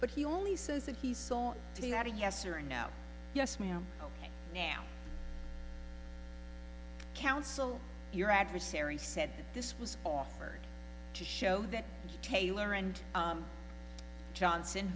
but he only says that he saw to that a yes or no yes ma'am ok now counsel your adversary said this was offered to show that taylor and johnson